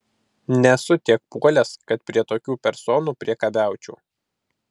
nesu tiek puolęs kad prie tokių personų priekabiaučiau